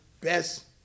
best